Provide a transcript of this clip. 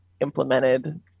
implemented